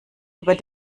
über